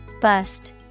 Bust